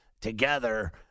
together